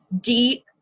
deep